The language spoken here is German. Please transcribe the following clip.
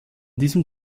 diesem